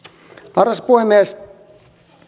arvoisa puhemies